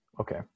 Okay